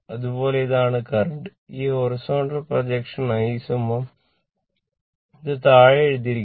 അതുപോലെ ഇതാണ് കറന്റ് ഈ ഹൊറിസോണ്ടൽ പ്രൊജക്ഷൻ I ഇത് താഴെ എഴുതിയിരിക്കുന്നു